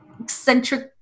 Eccentric